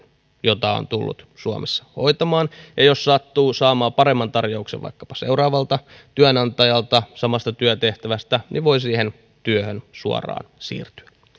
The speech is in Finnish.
jota on tullut suomessa hoitamaan ja jos sattuu saamaan paremman tarjouksen vaikkapa seuraavalta työnantajalta samasta työtehtävästä niin voi siihen työhön suoraan siirtyä